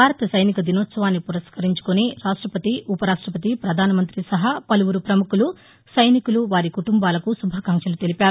భారత సైనిక దినోత్సవాన్ని పురప్కరించుకుని రాష్టపతి ఉపరాష్టపతి ప్రధానమంత్రి సహా పలువురు ప్రముఖులు సైనికులు వారి కుటుంబాలకు శుభాకాంక్షలు తెలిపారు